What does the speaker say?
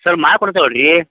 sir ಮಾಡಿ ಕೊಡ್ತೇವೆ ರೀ